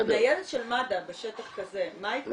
ניידת של מד"א בשטח כזה, מה היא כוללת?